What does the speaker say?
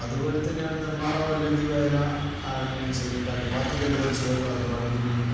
അതുപോലെതന്നെയാണ് നെന്മാറ ഒല്ലെങ്കി വേല ആണെങ്കിലും ശരി കൽപ്പാത്തി രഥോത്സവം ആണെങ്കിലും